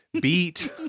beat